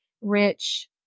rich